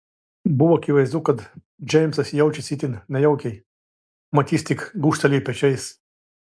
buvo akivaizdu kad džeimsas jaučiasi itin nejaukiai mat jis tik gūžtelėjo pečiais